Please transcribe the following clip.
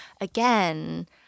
again